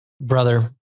Brother